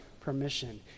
permission